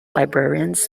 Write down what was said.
librarians